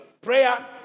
prayer